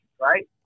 right